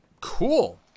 cool